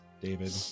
David